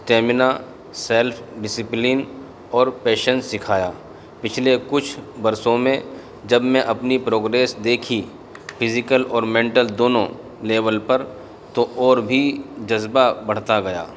stamina self discipline اور patience سکھایا پچھلے کچھ برسوں میں جب میں اپنی پروگریس دیکھی فزیکل اور مینٹل دونوں لیول پر تو اور بھی جذبہ بڑھتا گیا